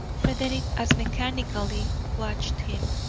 frederick as mechanically watched him.